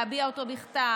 להביע אותו בכתב,